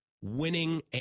winning